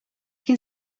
can